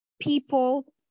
people